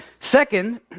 Second